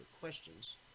questions